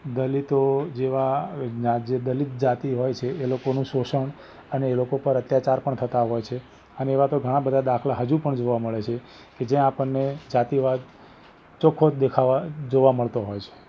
દલિતો જેવા ના જે દલિત જાતિના હોય છે એ લોકોનુ શોષણ અને એ લોકો પર અત્યાચાર પણ થતા હોય છે અને એવા તો ઘણા બધાં દાખલા હજુ પણ જોવા મળે છે કે જ્યાં આપણને જાતિવાદ ચોખ્ખો જ દેખાવા જોવા મળતો હોય છે